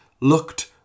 looked